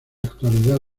actualidad